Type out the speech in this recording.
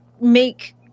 make